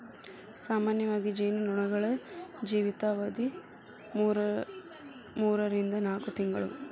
ಸಾಮಾನ್ಯವಾಗಿ ಜೇನು ನೊಣಗಳ ಜೇವಿತಾವಧಿ ಮೂರರಿಂದ ನಾಕ ತಿಂಗಳು